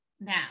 now